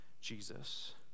Jesus